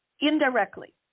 indirectly